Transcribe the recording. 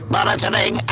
Monitoring